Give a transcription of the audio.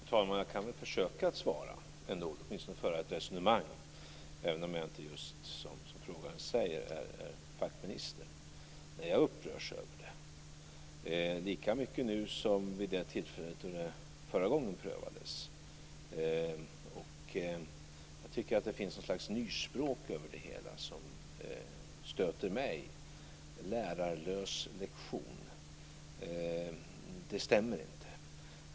Fru talman! Jag kan försöka svara, eller åtminstone föra ett resonemang, även om jag inte är fackminister, som frågaren säger. Jag upprörs över detta, lika mycket nu som vid det tillfälle då det prövades förra gången. Jag tycker att det finns något slags nyspråk över det hela som stöter mig. "Lärarlös lektion" - det stämmer inte.